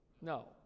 No